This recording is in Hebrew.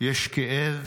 יש 'כאב',